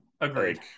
Agreed